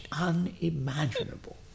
unimaginable